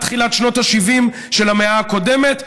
עד תחילת שנות ה-70 של המאה הקודמת,